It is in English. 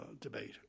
debate